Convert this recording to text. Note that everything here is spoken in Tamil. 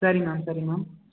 சரி மேம் சரி மேம்